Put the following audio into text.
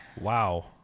Wow